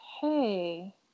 Hey